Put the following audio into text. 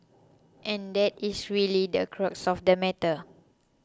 and that is really the crux of the matter